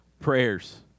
prayers